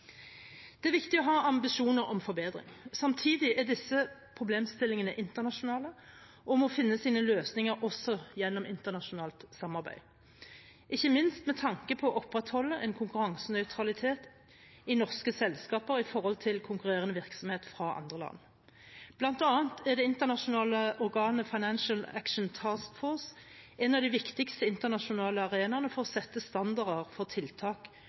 Det er viktig å ha ambisjoner om forbedring. Samtidig er disse problemstillingene internasjonale og må finne sine løsninger også gjennom internasjonalt samarbeid, ikke minst med tanke på å opprettholde en konkurransenøytralitet i norske selskaper i forhold til konkurrerende virksomhet fra andre land. Blant annet er det internasjonale organet Financial Action Task Force en av de viktigste internasjonale arenaene for å sette standarder for tiltak